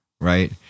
right